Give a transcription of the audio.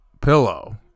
pillow